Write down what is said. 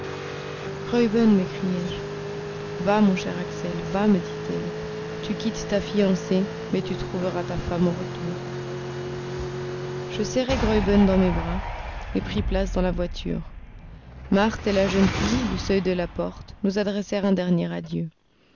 graüben m'écriai-je va mon cher axel va me dit-elle tu quittes ta fiancée mais tu trouveras ta femme au retour je serrai graüben dans mes bras et pris place dans la voiture marthe et la jeune fille du seuil de la porte nous adressèrent un dernier adieu